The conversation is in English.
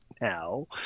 now